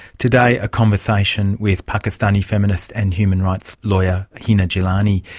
today a conversation with pakistani feminist and human rights lawyer hina jilani.